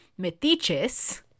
metiches